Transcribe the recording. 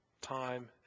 time